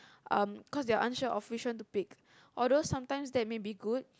um cause they unsure of which one to pick although sometimes that may be good